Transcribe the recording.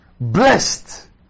Blessed